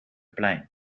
plein